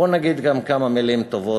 בוא נגיד גם כמה מילים טובות.